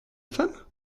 femme